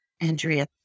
Andrea